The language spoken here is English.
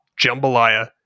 jambalaya